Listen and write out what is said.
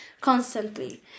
constantly